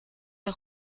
der